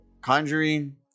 Conjuring